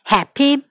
Happy